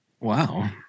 Wow